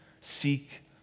Seek